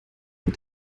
mit